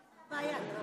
אז איפה הייתה הבעיה?